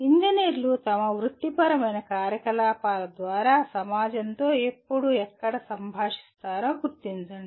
ఇంజనీర్లు తమ వృత్తిపరమైన కార్యకలాపాల ద్వారా సమాజంతో ఎప్పుడు ఎక్కడ సంభాషిస్తారో గుర్తించండి